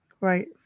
right